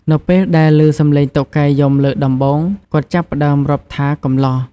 នៅពេលដែលឮសំឡេងតុកែយំលើកដំបូង គាត់ចាប់ផ្ដើមរាប់ថា កំលោះ។